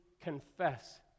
confess